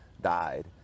died